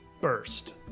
burst